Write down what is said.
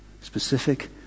Specific